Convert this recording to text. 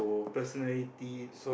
personality